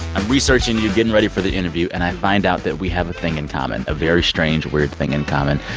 i'm researching you, getting ready for the interview. and i find out that we have a thing in common, a very strange, weird thing in common.